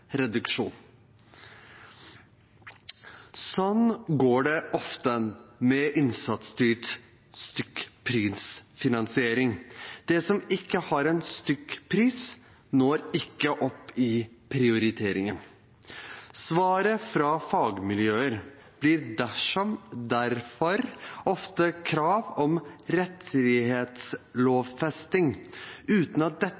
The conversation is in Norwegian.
reduksjon. Sånn går det ofte med innsatsstyrt stykkprisfinansiering: Det som ikke har en stykkpris, når ikke opp i prioriteringen. Svaret fra fagmiljøer blir derfor ofte krav om rettighetslovfesting, uten at dette